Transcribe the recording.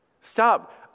Stop